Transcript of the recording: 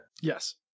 yes